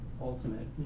ultimate